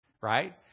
right